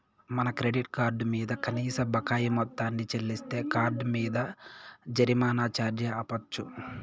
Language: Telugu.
మన క్రెడిట్ కార్డు మింద కనీస బకాయి మొత్తాన్ని చెల్లిస్తే కార్డ్ మింద జరిమానా ఛార్జీ ఆపచ్చు